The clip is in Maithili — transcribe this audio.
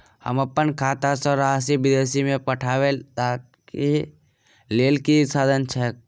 हम अप्पन खाता सँ राशि विदेश मे पठवै ताहि लेल की साधन छैक?